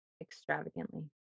extravagantly